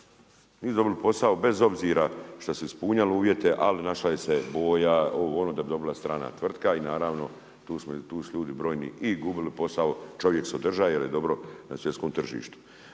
Nisu dobili posao bez obzira što su ispunjavali uvijete, ali našla je se boja, ovo ono da bi dobila strana tvrtka i naravno tu su ljudi brojni i gubili posao, čovjek se održaje jer je dobro na svjetskom tržištu.